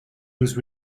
was